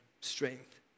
strength